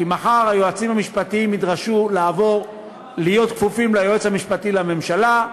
כי מחר היועצים המשפטיים ידרשו לעבור להיות כפופים ליועץ המשפטי לממשלה,